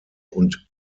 und